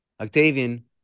Octavian